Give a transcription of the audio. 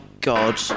God